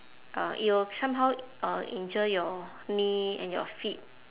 uh it will somehow uh injure your knee and your feet